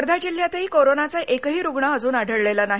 वर्धा जिल्ह्यातही कोरोनाचा एकही रुग्ण अजून आढळलेला नाही